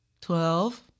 Twelve